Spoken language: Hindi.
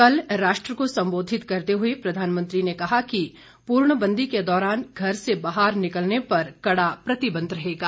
कल राष्ट्र को संबोधित करते हुए प्रधानमंत्री ने कहा कि पूर्णबंदी के दौरान घर से बाहर निकलने पर कडा प्रतिबंध रहेगा